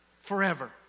forever